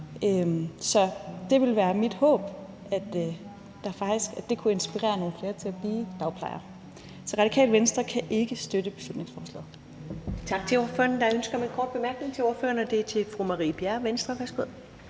Så det vil være mit håb, at det vil inspirere nogle flere til at blive dagplejere. Så Radikale Venstre kan ikke støtte beslutningsforslaget.